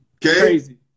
Crazy